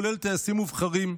כולל טייסים מובחרים,